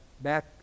back